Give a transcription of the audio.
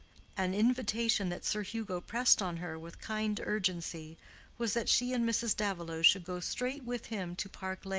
an invitation that sir hugo pressed on her with kind urgency was that she and mrs. davilow should go straight with him to park lane,